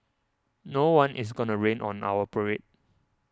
no one is gonna rain on our parade